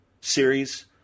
series